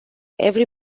every